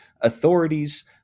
authorities